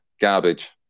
Garbage